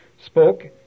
spoke